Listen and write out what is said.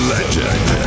Legend